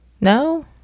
no